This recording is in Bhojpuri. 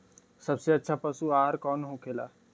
सबसे अच्छा पशु आहार कौन होखेला?